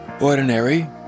ordinary